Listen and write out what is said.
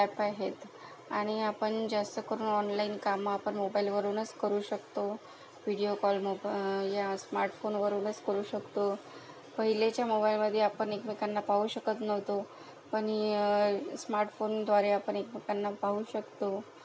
असे ॲप आहेत आणि आपण जास्त करून ऑनलाईन कामं आपण मोबाईल वरूनच करू शकतो व्हिडिओ कॉल या स्मार्ट फोन वरूनच करू शकतो पहिलेच्या मोबाईलमध्ये आपण एकमेकांना पाहू शकत नव्हतो पण या स्मार्ट फोनद्वारे आपण एकमेकांना पाहू शकतो